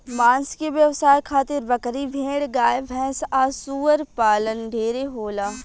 मांस के व्यवसाय खातिर बकरी, भेड़, गाय भैस आ सूअर पालन ढेरे होला